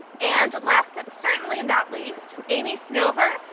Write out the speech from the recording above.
and, last but certainly not least, amy snover,